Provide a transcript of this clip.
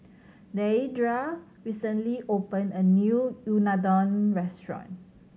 Deidra recently opened a new Unadon restaurant